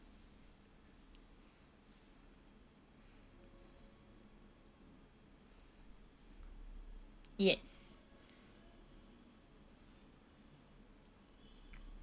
yes